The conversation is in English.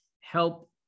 help